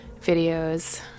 videos